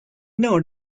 know